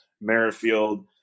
Merrifield